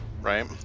right